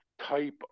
type